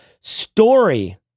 story